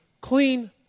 Clean